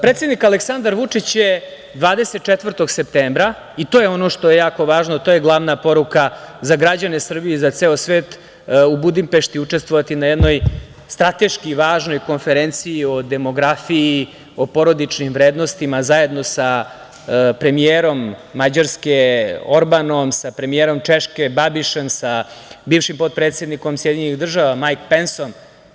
Predsednik Aleksandar Vučić je 24. septembra, i to je ono što je jako važno, to je glavna poruka za građane Srbije i za ceo svet, u Budimpešti učestvovati na jednoj, strateški važnoj konferenciji, o demografiji, o porodičnim vrednostima, zajedno sa premijerom Mađarske, Orbanom, sa premijerom Češke, Babišem, sa bivšim potpredsednikom SAD, Majk Pensom.